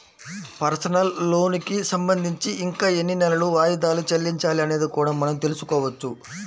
personal లోనుకి సంబంధించి ఇంకా ఎన్ని నెలలు వాయిదాలు చెల్లించాలి అనేది కూడా మనం తెల్సుకోవచ్చు